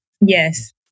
Yes